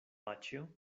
paĉjo